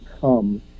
come